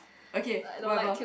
okay whatever